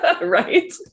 right